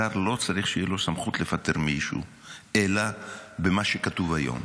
שר לא צריך שתהיה לו סמכות לפטר מישהו אלא במה שכתוב היום,